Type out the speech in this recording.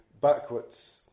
backwards